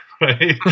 right